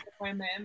women